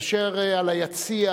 כאשר ביציע